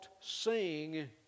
sing